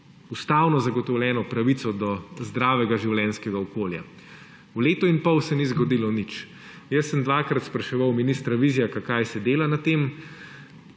ustavno zagotovljeno pravico do zdravega življenjskega okolja. V letu in pol se ni zgodilo nič. Jaz sem dvakrat spraševal ministra Vizjaka, kaj se dela na tem,